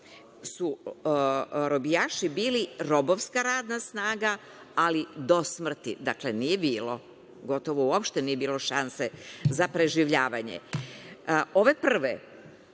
su robijaši bili robovska radna snaga, ali do smrti. Dakle, nije bilo, gotovo uopšte nije bilo šanse za preživljavanje. Ove prve